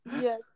Yes